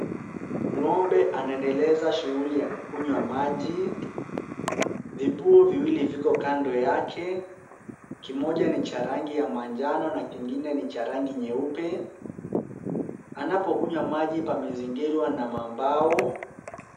Ng'ombe anaendeleza shughuli ya kukunywa maji. Vibuyu viwili viko kando yake. Kimoja ni cha rangi ya manjano na kingine ni cha rangi nyeupe. Anapokunywa maji pamezingirwa na mambao.